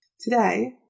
Today